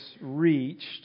reached